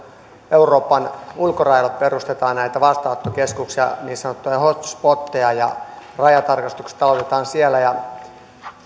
euroopan ulkorajoille perustetaan näitä vastaanottokeskuksia niin sanottuja hot spoteja ja rajatarkastukset aloitetaan siellä